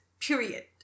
period